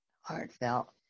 heartfelt